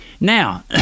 Now